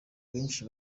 abenshi